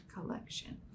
collection